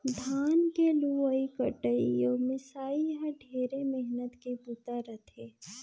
धान के लुवई कटई अउ मिंसई ह ढेरे मेहनत के बूता रह थे